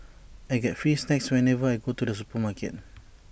I get free snacks whenever I go to the supermarket